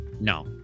no